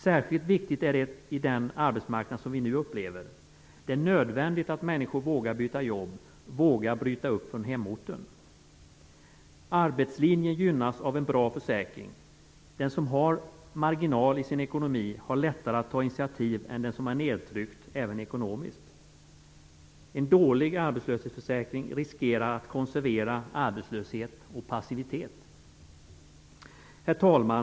Särskilt viktigt är det i den arbetsmarknad som vi nu upplever. Det är nödvändigt att människor vågar byta jobb och vågar bryta upp från hemorten. Arbetslinjen gynnas av en bra försäkring. Den som har marginaler i sin ekonomi har lättare att ta initiativ än den som är nedtryckt även ekonomiskt. En dålig arbetslöshetsförsäkring riskerar att konservera arbetslöshet och passivitet. Herr talman!